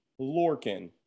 Lorkin